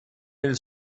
nel